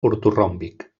ortoròmbic